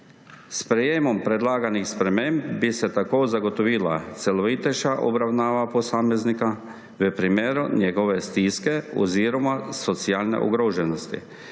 sprejetjem predlaganih sprememb bi se tako zagotovila celovitejša obravnava posameznika v primeru njegove stiske oziroma socialne ogroženosti